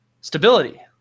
Stability